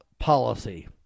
policy